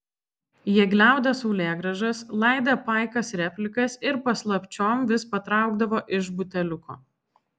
jie gliaudė saulėgrąžas laidė paikas replikas ir paslapčiom vis patraukdavo iš buteliuko